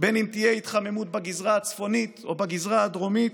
אם תהיה התחממות בגזרה הצפונית או בגזרה הדרומית.